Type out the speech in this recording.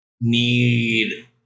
Need